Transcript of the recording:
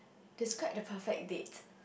describe the perfect date